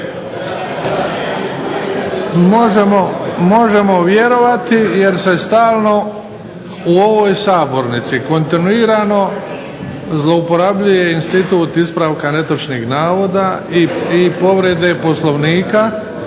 Možemo vjerovati, jer se stalno u ovoj sabornici kontinuirano zlouporabljuje institut ispravka netočnih navoda i povrede Poslovnika,